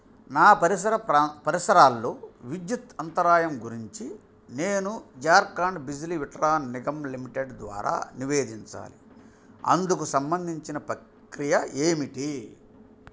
నా పరిసర ప్రాం పరిసరాలలో విద్యుత్ అంతరాయం గురించి నేను జార్ఖండ్ బిజ్లీ విట్రాన్ నిగమ్ లిమిటెడ్ ద్వారా నివేదించాలి అందుకు సంబంధించిన ప్రక్రియ ఏమిటి